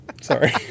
Sorry